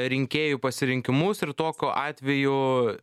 rinkėjų pasirinkimus ir toku atveju